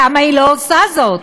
למה היא לא עושה זאת?